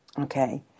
Okay